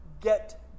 get